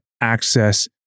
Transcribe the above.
access